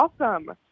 awesome